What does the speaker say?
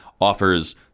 offers